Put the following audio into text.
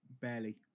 barely